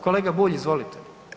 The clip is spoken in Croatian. Kolega Bulj izvolite.